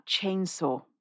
chainsaw